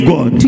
God